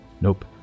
Nope